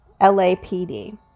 LAPD